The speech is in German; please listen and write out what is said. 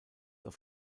auf